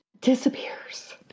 Disappears